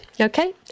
Okay